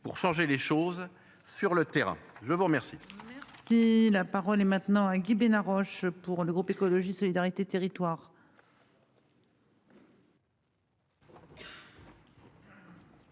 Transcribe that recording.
pour changer les choses sur le terrain, je vous remercie.